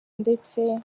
ndetse